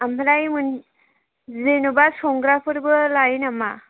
ओमफ्राय जेनेबा संग्राफोरबो लायो नामा